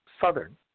southern